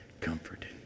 comforted